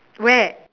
where